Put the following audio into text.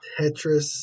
Tetris